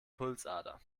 pulsader